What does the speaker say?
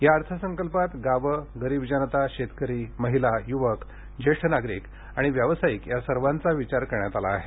या अर्थसंकल्पात गावे गरीब जनता शेतकरी महिला युवक जेष्ठ नागरिक आणि व्यावसायिक यासर्वांचा विचार करण्यात आला आहे